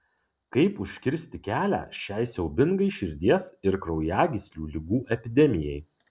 kaip užkirsti kelią šiai siaubingai širdies ir kraujagyslių ligų epidemijai